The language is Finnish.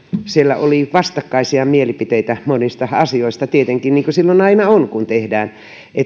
siellä oli vastakkaisia mielipiteitä monista asioista niin kuin aina silloin tietenkin on kun tehdään